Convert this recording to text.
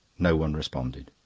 no one responded.